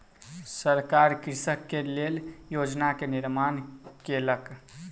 सरकार कृषक के लेल योजना के निर्माण केलक